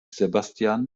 sebastian